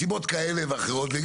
מסיבות כאלה ואחרות.